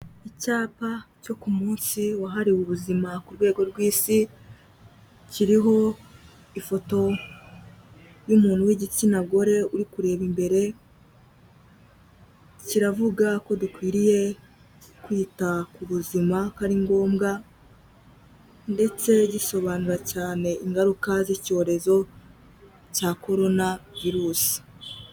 Icyapa cyo ku munsi wahariwe ubuzima ku rwego rw'isi, kiriho ifoto y'umuntu w'igitsina gore uri kureba imbere, kiravuga ko dukwiriye kwita ku buzima ko ari ngombwa ndetse gisobanura cyane ingaruka z'icyorezo cya Korona virusi.